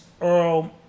earl